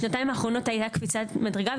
בשנתיים האחרונות הייתה קפיצת מדרגה,